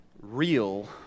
real